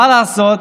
מה לעשות,